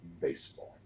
baseball